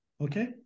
Okay